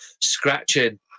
scratching